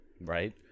Right